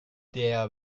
der